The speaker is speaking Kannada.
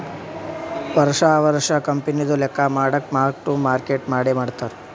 ವರ್ಷಾ ವರ್ಷಾ ಕಂಪನಿದು ಲೆಕ್ಕಾ ಮಾಡಾಗ್ ಮಾರ್ಕ್ ಟು ಮಾರ್ಕೇಟ್ ಮಾಡೆ ಮಾಡ್ತಾರ್